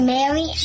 Mary